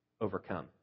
overcome